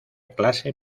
clase